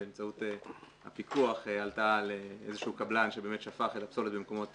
באמצעות הפיקוח עלתה על איזשהו קבלן שבאמת שפך את הפסולת במקומות